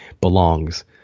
belongs